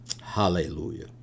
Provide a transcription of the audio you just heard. Hallelujah